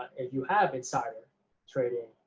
if you have insider trading,